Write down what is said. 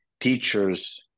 teachers